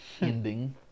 ending